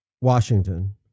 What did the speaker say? Washington